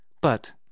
But